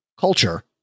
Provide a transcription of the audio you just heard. culture